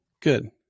Good